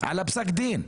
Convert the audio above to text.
על פסק הדין.